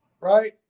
Right